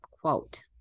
quote